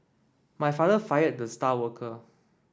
my father fired the star worker